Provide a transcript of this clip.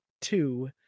two